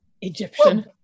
Egyptian